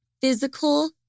Physical